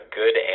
good